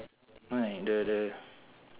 right the the